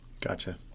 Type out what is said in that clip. Gotcha